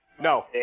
No